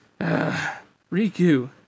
Riku